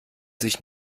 sich